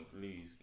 Please